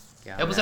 ya ya